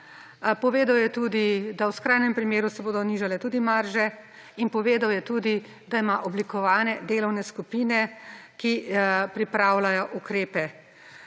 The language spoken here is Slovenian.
Povedal je tudi, da v skrajnem primeru se bodo nižale tudi marže, in povedal je tudi, da ima oblikovane delovne skupine, ki pripravljajo ukrepe.